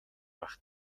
байх